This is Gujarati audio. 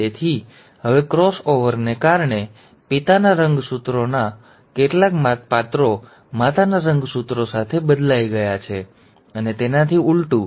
તેથી હવે ક્રોસ ઓવરને કારણે પિતાના રંગસૂત્રોના કેટલાક પાત્રો માતાના રંગસૂત્રો સાથે બદલાઈ ગયા છે અને તેનાથી ઉલટું